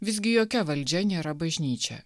visgi jokia valdžia nėra bažnyčia